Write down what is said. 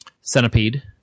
Centipede